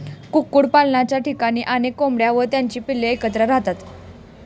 कुक्कुटपालनाच्या ठिकाणी अनेक कोंबड्या आणि त्यांची पिल्ले एकत्र राहतात